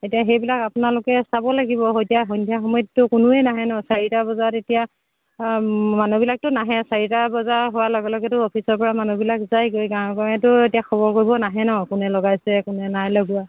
এতিয়া সেইবিলাক আপোনালোকে চাব লাগিব এতিয়া সন্ধিয়া সময়তো কোনোৱে নাহে ন চাৰিটা বজাত এতিয়া মানুহবিলাকতো নাহে চাৰিটা বজাৰ হোৱাৰ লগে লগেতো অফিচৰ পৰা মানুহবিলাক যায়গৈ গাঁৱে গাঁৱেতো এতিয়া খবৰ কৰিব নাহে ন কোনে লগাইছে কোনে নাই লগোৱা